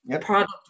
product